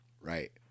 Right